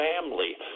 family